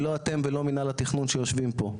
לא אתם ולא מנהל התכנון שיושבים פה.